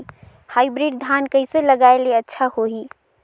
Hybrid धान कइसे लगाय ले अच्छा होही?